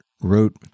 wrote